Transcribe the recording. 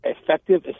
effective